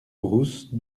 brousse